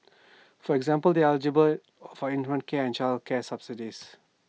for example they are eligible for infant care and childcare subsidies